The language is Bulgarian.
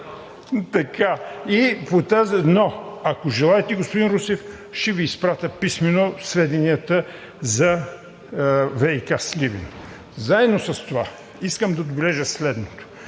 ако желаете, господин Русев, ще Ви изпратя писмено сведенията за ВиК – Сливен. Заедно с това, искам да отбележа, че